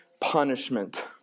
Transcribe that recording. punishment